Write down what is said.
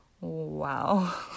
Wow